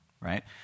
right